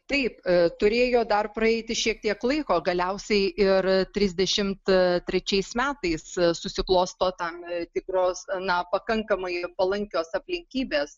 taip turėjo dar praeiti šiek tiek laiko galiausiai ir trisdešimt trečiais metais susiklosto tam tikros na pakankamai palankios aplinkybės